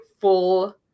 full